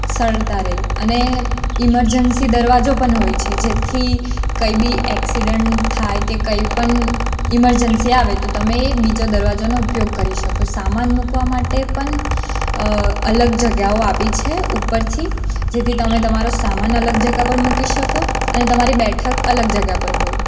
સરળતા રહે અને ઇમરજન્સી દરવાજો પણ હોય છે જેથી કંઈ બી એક્સિડન્ટ થાય કે કંઈ પણ ઇમરજન્સી આવે તો તમે એ બીજા દરવાજાનો ઉપયોગ કરી શકો સામાન મૂકવા માટે પણ અલગ જગ્યાઓ આપી છે ઉપરથી જેથી તમે તમારો સામાન અલગ જગ્યા પર મૂકી શકો અને તમારી બેઠક અલગ જગ્યા પર હોય